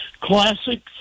classic